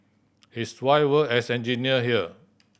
his wife work as engineer here